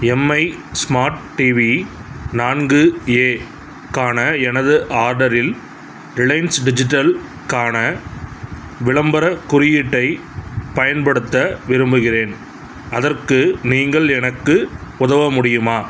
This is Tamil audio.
எம்ஐ ஸ்மார்ட் டிவி நான்கு ஏ க்கான எனது ஆர்டரில் ரிலையன்ஸ் டிஜிட்டல்க்கான விளம்பரக் குறியீட்டைப் பயன்படுத்த விரும்புகிறேன் அதற்கு நீங்கள் எனக்கு உதவ முடியுமா